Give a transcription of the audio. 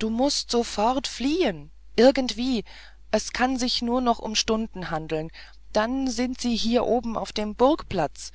du mußt sofort fliehen irgendwie es kann sich nur noch um stunden handeln dann sind sie hier oben auf dem burgplatz